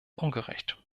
ungerecht